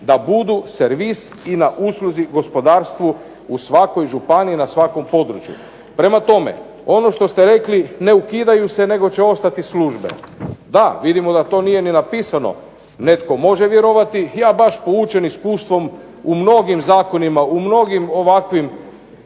da budu servis i da na usluzi gospodarstvu u svakoj županiji na svakom području. Prema tome ono što ste rekli ne ukidaju se, nego će ostati službe. Da vidimo da to nije ni napisano, netko može vjerovati, ja baš poučen iskustvom u mnogim zakonima, u mnogim ovakvim